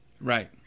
Right